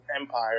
empire